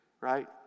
right